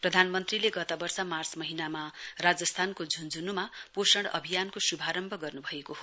प्रधानमन्त्रीले गत वर्ष मार्च महीनामा राजस्थानको झुन्झुनुमा पोषण अभियानको शुभारम्भ गर्नुभएको हो